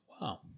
Wow